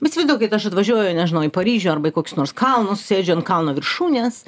įsivaizduokit aš atvažiuoju nežinau į paryžių arba į kokius nors kalnus sėdžiu ant kalno viršūnės